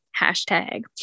hashtag